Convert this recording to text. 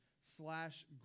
slash